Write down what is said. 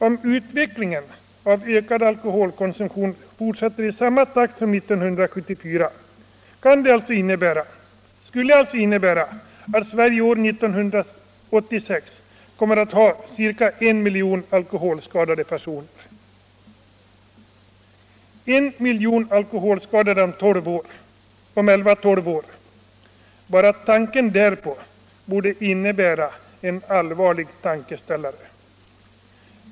Om utvecklingen av ökad alkoholkonsumtion fortsätter i samma takt som 1974 skulle det alltså innebära att Sverige år 1986 kommer att ha ca en miljon alkoholskadade personer. En miljon alkoholskadade om tolv år — detta borde innebära en allvarlig tankeställare.